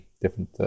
different